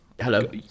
Hello